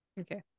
okay